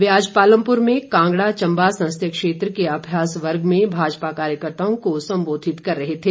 वे आज पालमपुर में कांगड़ा चंबा संसदीय क्षेत्र के अभ्यास वर्ग में भाजपा कार्यकर्ताओं को सम्बोधित कर रहे थे